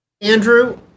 Andrew